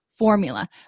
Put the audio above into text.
formula